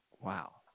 Wow